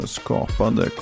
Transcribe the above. skapade